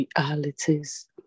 Realities